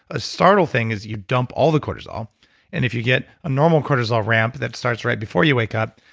a startle thing is you dump all the cortisol, and if you get a normal cortisol ramp that starts right before you wake up,